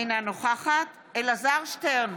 אינה נוכחת אלעזר שטרן,